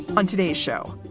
on today's show.